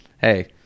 hey